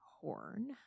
horn